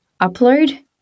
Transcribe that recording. upload